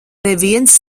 neviens